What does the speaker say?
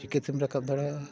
ᱪᱤᱠᱟᱹᱛᱮᱢ ᱨᱟᱠᱟᱵ ᱫᱟᱲᱮᱭᱟᱜᱼᱟ